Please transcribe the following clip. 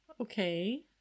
Okay